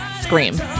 Scream